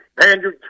Andrew